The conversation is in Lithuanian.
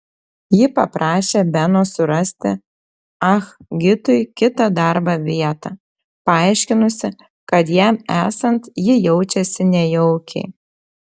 ji paprašė beno surasti ah gitui kitą darbo vietą paaiškinusi kad jam esant ji jaučiasi nejaukiai